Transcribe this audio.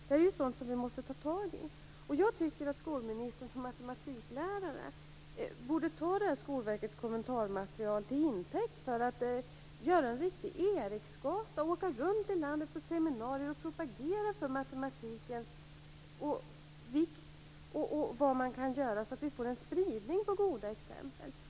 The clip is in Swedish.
Det här är ju sådant som vi måste ta tag i. Jag tycker att skolministern som matematiklärare borde ta det här med Skolverkets kommentarmaterial till intäkt för att göra en riktig Eriksgata och åka runt på seminarier i landet och propagera för matematikens vikt och för det som man kan göra så att vi får en spridning på goda exempel.